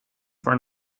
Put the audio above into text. for